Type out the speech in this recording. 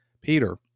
Peter